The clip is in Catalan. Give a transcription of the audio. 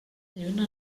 lluna